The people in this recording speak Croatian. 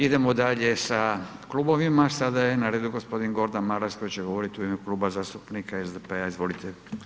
Idemo dalje sa klubovima, sada je na redu g. Gordan Maras koji će govorit u ime Kluba zastupnika SDP-a, izvolite.